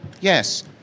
yes